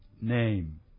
name